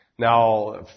Now